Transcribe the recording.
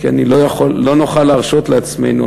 כי לא נוכל להרשות לעצמנו,